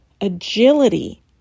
agility